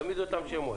תמיד אותם שמות.